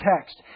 text